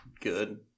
good